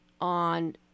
on